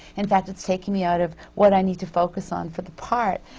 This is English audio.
in fact, it's taking me out of what i need to focus on for the part.